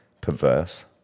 Perverse